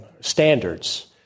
standards